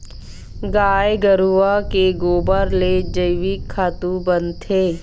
गाय गरूवा के गोबर ले जइविक खातू बनथे